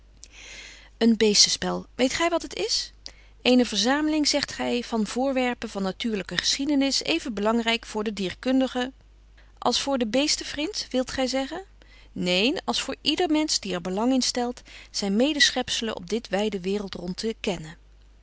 een beestenspel weet gij wat het is eene verzameling zegt gij van voorwerpen van natuurlijke geschiedenis even belangrijk voor den dierkundigen als voor den beestenvrind wilt gij zeggen neen als voor ieder mensch die er belang in stelt zijn medeschepselen op dit wijde wereldrond te kennen